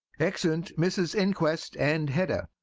exeunt mrs inquest and hedda